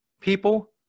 people